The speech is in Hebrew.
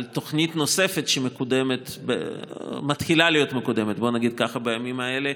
על תוכנית נוספת שמתחילה להיות מקודמת בימים האלה,